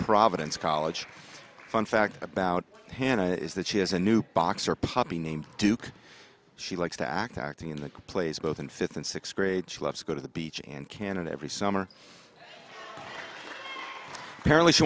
providence college fun fact about hannah is that she has a new boxer poppy named duke she likes to act acting in the plays both in fifth and sixth grade she loves to go to the beach and cannon every summer apparently she